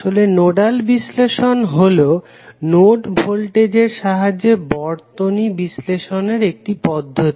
আসলে নোডাল বিশ্লেষণ হলো নোড ভোল্টেজের সাহায্যে বর্তনী বিশ্লেষণের একটি পদ্ধতি